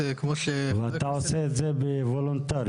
אתה עושה את זה וולונטרית.